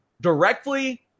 directly